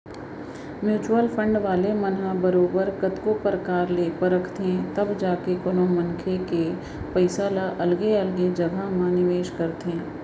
mutual fund वाले मन ह बरोबर कतको परकार ले परखथें तब जाके कोनो मनसे के पइसा ल अलगे अलगे जघा म निवेस करथे